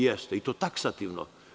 Jeste i to taksativno.